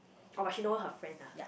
oh but she know her friend lah